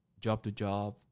job-to-job